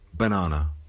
Banana